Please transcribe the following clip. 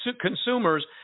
consumers